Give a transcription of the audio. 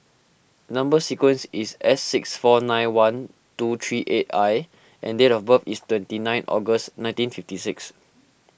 Number Sequence is S six four nine one two three eight I and date of birth is twenty nine August nineteen fifty six